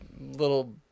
little